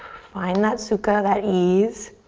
find that sukha, that ease.